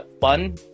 fun